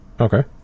Okay